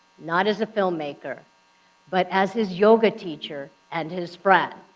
not as a filmmaker but as his yoga teacher and his friend.